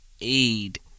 aid